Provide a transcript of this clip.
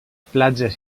platges